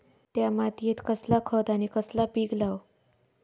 त्या मात्येत कसला खत आणि कसला पीक लाव?